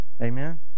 amen